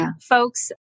folks